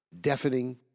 Deafening